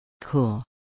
Cool